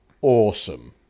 awesome